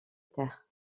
terre